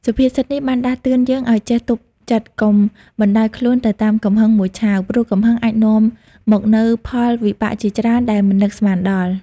សុភាសិតនេះបានដាស់តឿនយើងឱ្យចេះទប់ចិត្ត កុំបណ្ដោយខ្លួនទៅតាមកំហឹងមួយឆាវ ព្រោះកំហឹងអាចនាំមកនូវផលវិបាកជាច្រើនដែលមិននឹកស្មានដល់។